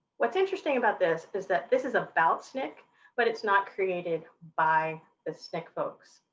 what's interesting about this is that this is about sncc but it's not created by the sncc folks.